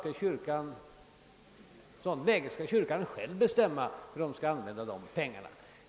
Om kyrkan skiljs från staten skall kyrkan själv bestämma hur pengarna skall användas.